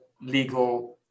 legal